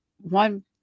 One